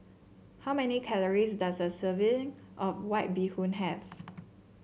how many calories does a serving of White Bee Hoon have